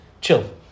Chill